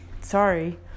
sorry